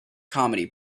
comedy